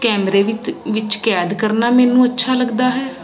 ਕੈਮਰੇ ਵਿਤ ਵਿੱਚ ਕੈਦ ਕਰਨਾ ਮੈਨੂੰ ਅੱਛਾ ਲੱਗਦਾ ਹੈ